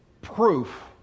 proof